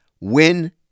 Win